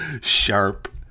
sharp